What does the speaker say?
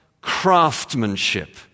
craftsmanship